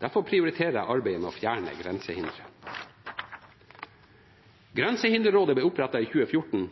Derfor prioriterer jeg arbeidet med å fjerne grensehindre. Grensehinderrådet ble opprettet i 2014